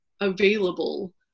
available